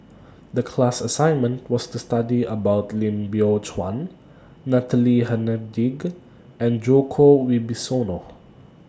The class assignment was to study about Lim Biow Chuan Natalie Hennedige and Djoko Wibisono